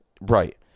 Right